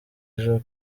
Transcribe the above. joe